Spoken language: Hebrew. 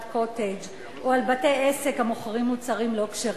"קוטג'" או על בתי-עסק המוכרים מוצרים לא כשרים?